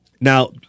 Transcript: Now